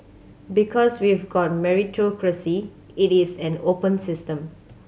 because we've got meritocracy it is an open system